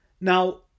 Now